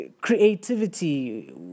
creativity